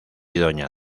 doña